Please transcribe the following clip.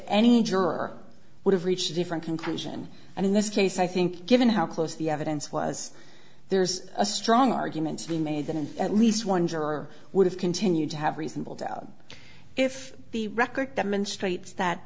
any juror would have reached a different conclusion and in this case i think given how close the evidence was there's a strong argument to be made that in at least one juror would have continued to have reasonable doubt if the record demonstrates that